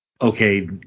okay